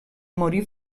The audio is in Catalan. morí